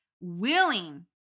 willing